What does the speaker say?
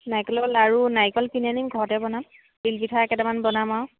নাৰিকলৰ লাড়ু নাৰিকল কিনি আনিম ঘৰতে বনাম তিল পিঠা কেইটামান বনাম আৰু